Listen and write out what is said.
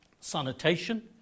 sanitation